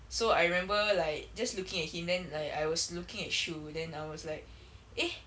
so I remember like just looking at him then like I was looking at shu then I was like eh